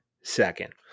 second